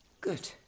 Good